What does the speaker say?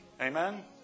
Amen